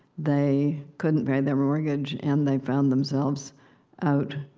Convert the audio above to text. they couldn't pay their mortgage. and they found themselves out